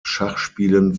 schachspielen